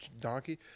Donkey